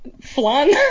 flan